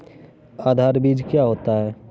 आधार बीज क्या होता है?